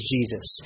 Jesus